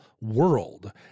world